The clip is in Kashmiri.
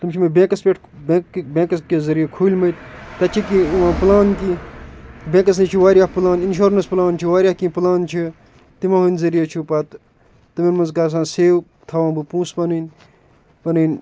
تِم چھِ مےٚ بٮ۪نٛکَس پٮ۪ٹھ بٮ۪نکہٕ بٮ۪نٛکَس کہِ ذٔریعہِ کھوٗلۍمٕتۍ تَتہِ چھِ کینٛہہ یِوان پٕلان کیٚنہہ بٮ۪نٛکَس نِش چھِ واریاہ پٕلان اِنشورنَس پٕلان چھِ واریاہ کیٚنہہ پٕلان چھِ تِمَو ہِنٛد ذٔریعہ چھُ پتہٕ تِمَن منٛز گژھان سیو تھاوان بہٕ پونٛسہٕ پَنٕنۍ پَنٕنۍ